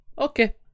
okay